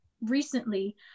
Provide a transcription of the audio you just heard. recently